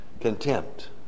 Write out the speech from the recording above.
contempt